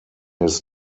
his